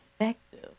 effective